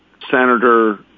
Senator